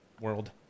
world